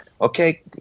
okay